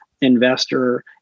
investor